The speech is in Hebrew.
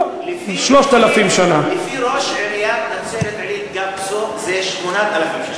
לפי ראש עיריית נצרת-עילית, גפסו, זה 8,000 שנה.